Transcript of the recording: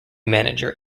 manager